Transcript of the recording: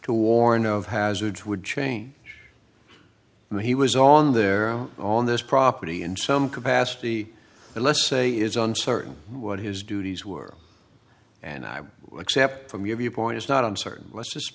to warn of hazards would change and he was on there on this property in some capacity and let's say is uncertain what his duties were and i accept from your viewpoint is not i'm certain let's just